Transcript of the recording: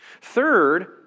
Third